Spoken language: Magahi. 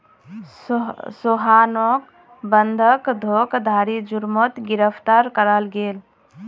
सोहानोक बंधक धोकधारी जुर्मोत गिरफ्तार कराल गेल